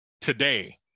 Today